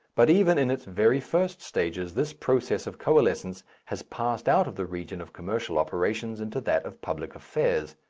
but even in its very first stages this process of coalescence has passed out of the region of commercial operations into that of public affairs.